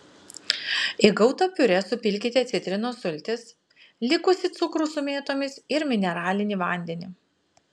į gautą piurė supilkite citrinos sultis likusį cukrų su mėtomis ir mineralinį vandenį